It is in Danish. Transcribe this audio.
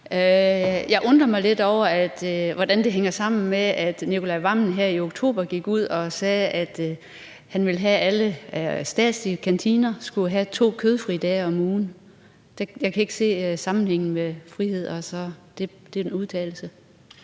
Jeg undrer mig lidt over, hvordan det hænger sammen med, at Nicolai Wammen her i oktober gik ud og sagde, at han ville have, at alle statslige kantiner skulle have to kødfrie dage om ugen. Jeg kan ikke se sammenhængen med frihed og så den udtalelse.